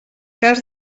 cas